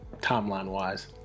Timeline-wise